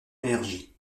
énergie